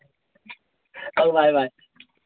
ହଉ bye bye